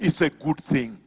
it's a good thing